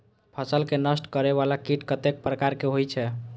फसल के नष्ट करें वाला कीट कतेक प्रकार के होई छै?